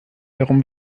darum